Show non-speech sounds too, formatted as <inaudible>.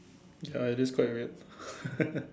ya it is quite weird <laughs>